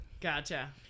Gotcha